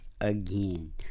again